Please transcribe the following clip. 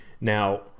Now